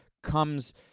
comes